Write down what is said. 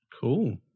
Cool